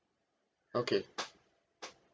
okay